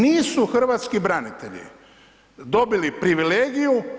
Nisu hrvatski branitelji dobili privilegiju.